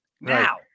Now